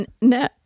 No